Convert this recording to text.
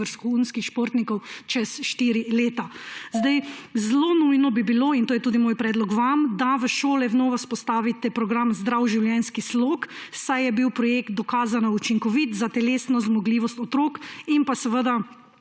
vrhunskih športnikov čez štiri leta. Zelo nujno bi bilo, in to je tudi moj predlog vam, da v šolah znova vzpostavite program Zdrav življenjski slog, saj je bil projekt dokazano učinkovit za telesno zmogljivost otrok. In tudi,